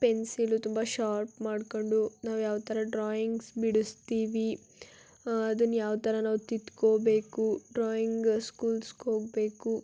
pencil ತುಂಬ sharp ಮಾಡ್ಕೊಂಡು ನಾವು ಯಾವ ಥರ ಡ್ರಾಯಿಂಗ್ಸ್ ಬಿಡಿಸ್ತೀವಿ ಅದನ್ನ ಯಾವ ಥರ ನಾವು ತಿದ್ಕೋಬೇಕು ಡ್ರಾಯಿಂಗ್ ಸ್ಕೂಲ್ಸ್ಗೆ ಹೋಗಬೇಕು